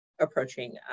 approaching